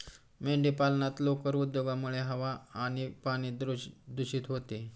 मेंढीपालनात लोकर उद्योगामुळे हवा आणि पाणी दूषित होते